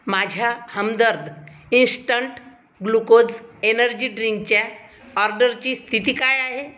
माझ्या Hamdard instant glucose energy ड्रिंकच्या ऑर्डरची स्थिती काय आहे